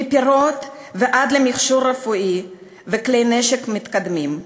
מפירות ועד למכשור רפואי וכלי נשק מתקדמים.